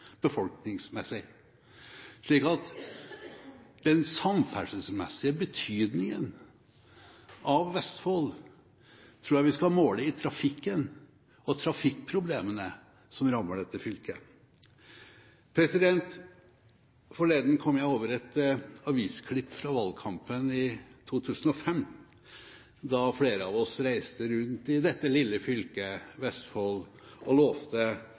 befolkningsmessig, slik at den samferdselsmessige betydningen av Vestfold tror jeg vi skal måle i trafikken og trafikkproblemene som rammer dette fylket. Forleden kom jeg over et avisklipp fra valgkampen i 2005, da flere av oss reiste rundt i dette lille fylket Vestfold og lovte